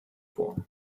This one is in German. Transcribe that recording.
vor